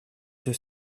deux